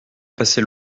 passer